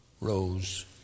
rose